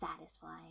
satisfying